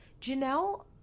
Janelle